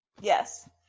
Yes